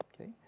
Okay